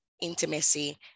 intimacy